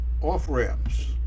off-ramps